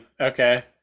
okay